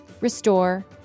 restore